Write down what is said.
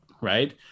right